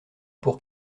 pour